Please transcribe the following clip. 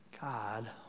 God